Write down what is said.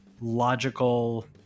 logical